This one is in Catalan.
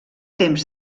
temps